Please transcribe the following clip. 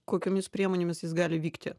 kokiomis priemonėmis jis gali vykti